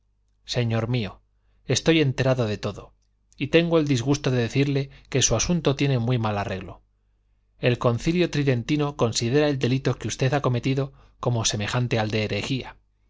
señor mío estoy enterado de todo y tengo el disgusto de decirle que su asunto tiene muy mal arreglo el concilio tridentino considera el delito que usted ha cometido como semejante al de herejía